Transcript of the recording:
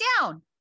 down